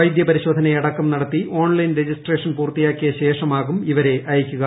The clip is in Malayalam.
വൈദ്യ പരിശോധനയടക്കം നടത്തി ഓൺലൈൻ രജിസ്ട്രേഷൻ പൂർത്തിയാക്കിയ ശേഷമാകും ഇവരെ അയക്കുക